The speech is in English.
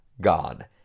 God